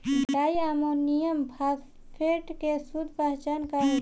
Di ammonium phosphate के शुद्ध पहचान का होखे?